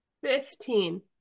Fifteen